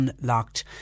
unlocked